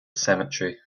cemetery